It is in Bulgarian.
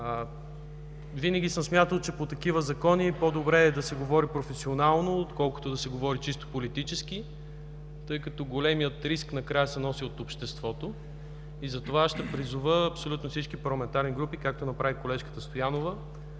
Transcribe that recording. Винаги съм смятал, че по такива закони е по-добре да се говори професионално, отколкото да се говори чисто политически, тъй като големият риск накрая се носи от обществото. Затова ще призова всички парламентарни групи, както направи колежката Стоянова,